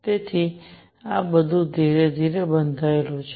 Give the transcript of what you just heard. તેથી આ બધું ધીરે ધીરે બંધાયેલું છે